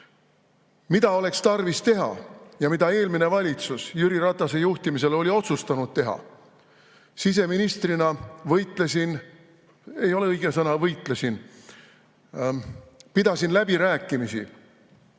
Mida oleks tarvis teha ja mida eelmine valitsus Jüri Ratase juhtimisel oli otsustanud teha? Siseministrina võitlesin – ei ole õige sõna "võitlesin" –, pidasin läbirääkimisi,